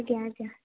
ଆଜ୍ଞା ଆଜ୍ଞା